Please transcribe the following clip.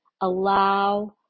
allow